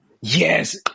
Yes